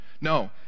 No